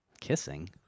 Kissing